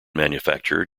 manufacture